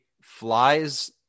flies